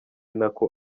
nako